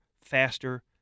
faster